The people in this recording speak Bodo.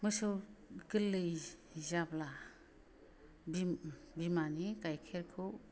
मोसौ गोरलै जाब्ला बिमानि गाइखेरखौ